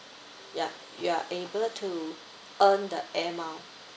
yup you are able to earn the air mile